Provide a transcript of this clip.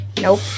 Nope